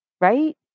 Right